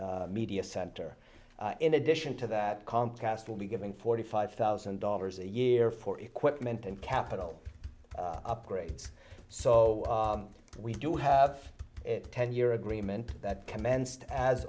media center in addition to that comcast will be giving forty five thousand dollars a year for equipment and capital upgrades so we do have a ten year agreement that commenced a